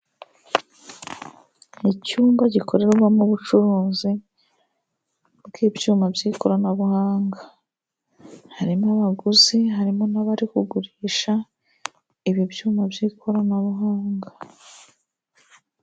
Icyumba gikorewemo ubucuruzi bw'ibyuma by'ikoranabuhanga. Harimo abaguzi harimo n'abari kugurisha ibi byuma by'ikoranabuhanga.